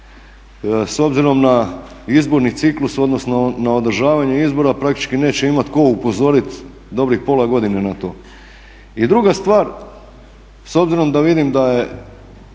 s obzirom na izborni ciklus odnosno na održavanje izbora praktički neće imati tko upozoriti dobrih pola godine na to. I druga stvar, s obzirom da vidim da je